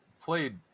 played